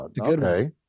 Okay